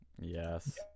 Yes